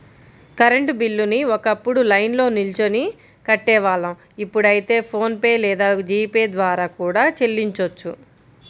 current బిల్లుని ఒకప్పుడు లైన్లో నిల్చొని కట్టేవాళ్ళం ఇప్పుడైతే ఫోన్ పే లేదా జీ పే ద్వారా కూడా చెల్లించొచ్చు